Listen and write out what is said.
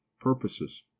purposes